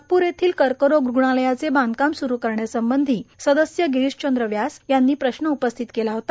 नागपूर येथील कर्करोग रुग्णालयाचे बांधकाम स्रु करण्यासंबंधी सदस्य गिरिशचंद्र व्यास यांनी प्रश्न उपस्थित केला होता